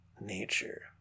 nature